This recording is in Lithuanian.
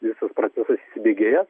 visas procesas įsibėgėjęs